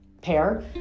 pair